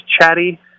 chatty